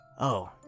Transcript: Oh